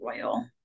oil